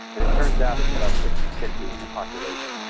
and it turns out it's about fifty fifty in the population.